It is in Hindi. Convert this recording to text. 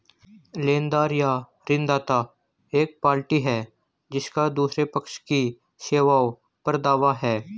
लेनदार या ऋणदाता एक पार्टी है जिसका दूसरे पक्ष की सेवाओं पर दावा है